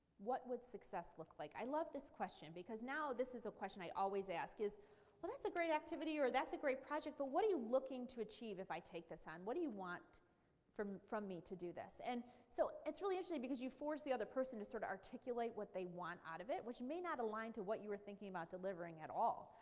what would success look like? i love this question because now this is a question i always ask. well, that's a great activity or that's a great project but what are you looking to achieve if i take this on? what do you want from from me to do this? and so it's really interesting because you force the other person to sort of articulate what they want out of it which may not align to what you were thinking about delivering at all.